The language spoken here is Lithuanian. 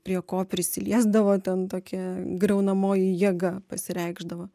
prie ko prisiliesdavo ten tokia griaunamoji jėga pasireikšdavo